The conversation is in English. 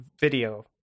video